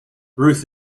ruth